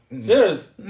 serious